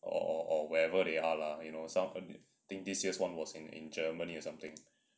or wherever they are lah you know some I I think this year's one was in germany or something